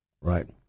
right